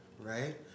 right